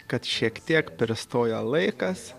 kad šiek tiek pristoja laikas